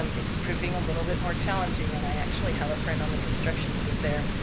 um it's proving a little bit more challenging, and i actually have a friend on the construction team there.